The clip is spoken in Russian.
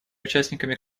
участниками